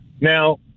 Now